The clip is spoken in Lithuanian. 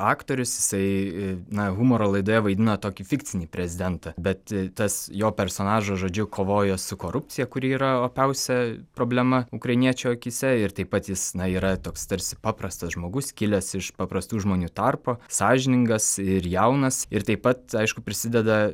aktorius jisai na humoro laidoje vaidina tokį fikcinį prezidentą bet tas jo personažas žodžiu kovoja su korupcija kuri yra opiausia problema ukrainiečių akyse ir taip pat jis na yra toks tarsi paprastas žmogus kilęs iš paprastų žmonių tarpo sąžiningas ir jaunas ir taip pat aišku prisideda